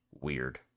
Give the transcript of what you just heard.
weird